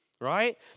Right